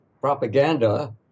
propaganda